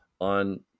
on